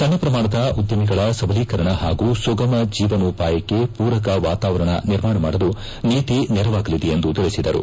ಸಣ್ಣ ಪ್ರಮಾಣದ ಉದ್ದಮಿಗಳ ಸಬಲೀಕರಣ ಹಾಗೂ ಸುಗಮ ಜೀವನೋಪಾಯಕ್ಕೆ ಪೂರಕ ವಾತಾವರಣ ನಿರ್ಮಾಣ ಮಾಡಲು ನೀತಿ ನೆರವಾಗಲಿದೆ ಎಂದು ತಿಳಿಸಿದರು